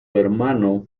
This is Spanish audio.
hermano